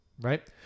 right